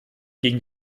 gegen